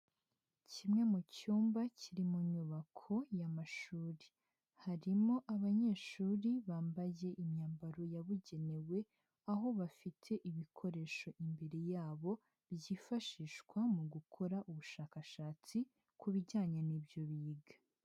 Kimwe mu cyumba kiri mu nyubako y'amashuri, harimo abanyeshuri bambaye imyambaro yabugenewe, aho bafite ibikoresho imbere yabo, byifashishwa mu gukora ubushakashatsi ku bijyanye n'ibyo biga.